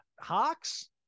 Hawks